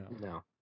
No